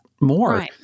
more